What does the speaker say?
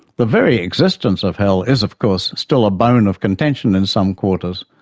the very existence of hell is, of course, still a bone of contention in some quarters,